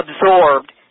absorbed